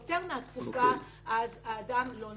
יותר מהתקופה אז האדם לא נפגע.